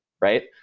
right